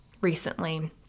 recently